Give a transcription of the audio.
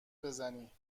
بزنی